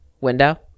window